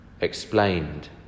explained